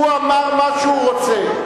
הוא אמר מה שהוא רוצה.